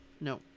No